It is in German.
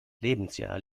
lebensjahr